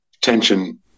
tension